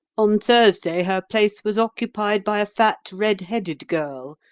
on thursday her place was occupied by a fat, red-headed girl,